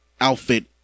outfit